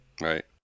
Right